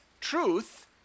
truth